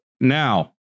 Now